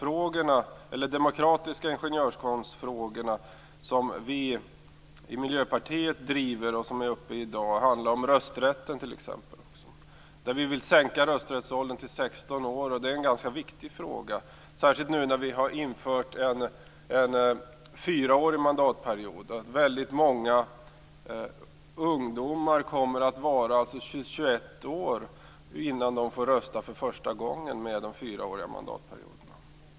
De litet mer demokratiska ingenjörskonstfrågor som vi i Miljöpartiet driver, och som är uppe i dag, handlar t.ex. om rösträtten. Vi vill sänka rösträttsåldern till 16 år. Det är en ganska viktig fråga - särskilt nu när vi har infört en fyraårig mandatperiod. Väldigt många ungdomar kommer att vara 21 år innan de får rösta för första gången med de fyraåriga mandatperioderna.